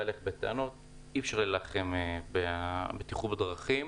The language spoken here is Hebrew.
אלייך בטענות אי אפשר להילחם בבטיחות בדרכים,